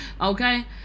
okay